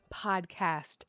Podcast